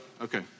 Okay